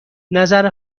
نظر